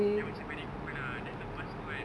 then macam very cool lah then selepas itu kan